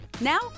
Now